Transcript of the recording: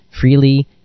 Freely